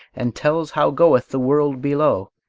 and tells how goeth the world below,